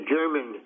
German